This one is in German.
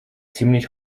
ziemlich